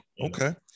Okay